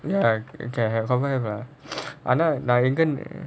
ya can have confirm have ah that [one] ஆனா:aanaa and then